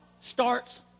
starts